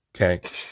okay